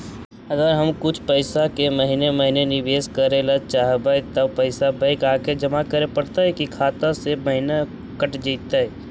अगर हम कुछ पैसा के महिने महिने निबेस करे ल चाहबइ तब पैसा बैक आके जमा करे पड़तै कि खाता से महिना कट जितै?